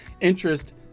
interest